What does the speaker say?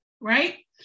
right